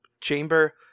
chamber